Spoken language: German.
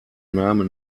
name